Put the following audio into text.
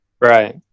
Right